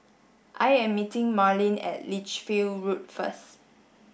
I am meeting Marlin at Lichfield Road first